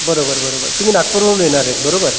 बरोबर बरोबर तुम्ही नागपूरवरून येणार आहे बरोबर